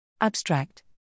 Abstract